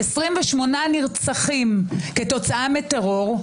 28 נרצחים כתוצאה מטרור,